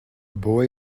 boy